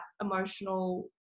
emotional